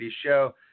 Show